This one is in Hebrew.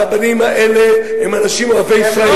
הרבנים האלה הם אנשים אוהבי ישראל,